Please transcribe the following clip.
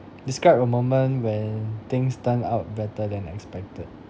describe a moment when things turned out better than expected